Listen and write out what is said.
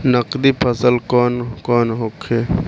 नकदी फसल कौन कौनहोखे?